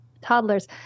toddlers